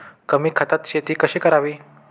कमी खतात शेती कशी करावी?